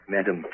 Madam